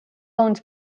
owns